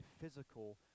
physical